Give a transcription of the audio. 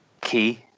key